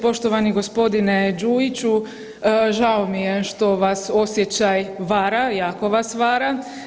Poštovani gospodine Đujiću, žao mi je što vas osjećaj vara, jako vas vara.